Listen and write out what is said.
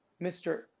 Mr